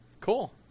Cool